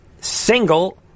single